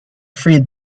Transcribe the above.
freed